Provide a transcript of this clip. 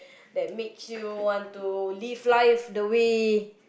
that make you want to live life the way